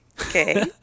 okay